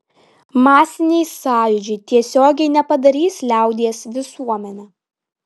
masiniai sąjūdžiai tiesiogiai nepadarys liaudies visuomene